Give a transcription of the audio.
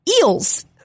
eels